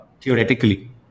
theoretically